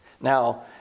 Now